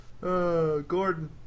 Gordon